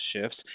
shifts